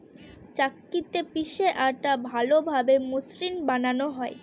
চাক্কিতে পিষে আটা ভালোভাবে মসৃন বানানো হয়